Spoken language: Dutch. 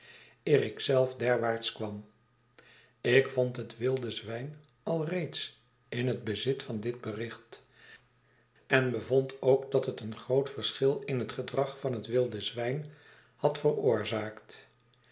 ik zelf derwaarts kwam ik vond het wilde zwijn al reeds in het bezit van dit bericht en bevond ook dat het een groot verschil in het gedrag van het wilde zwijn had veroorzaakt